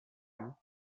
you